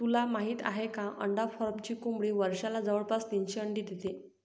तुला माहित आहे का? अंडा फार्मची कोंबडी वर्षाला जवळपास तीनशे अंडी देते